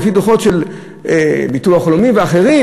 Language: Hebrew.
לפי דוחות של ביטוח לאומי ואחרים.